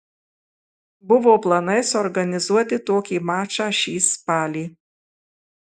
buvo planai suorganizuoti tokį mačą šį spalį